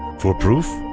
for proof,